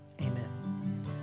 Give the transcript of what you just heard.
amen